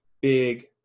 big